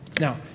Now